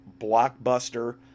blockbuster